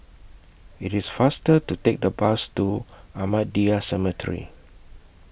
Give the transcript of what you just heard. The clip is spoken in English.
IT IS faster to Take The Bus to Ahmadiyya Cemetery